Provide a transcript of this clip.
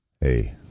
hey